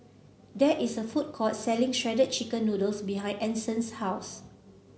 there is a food court selling Shredded Chicken Noodles behind Anson's house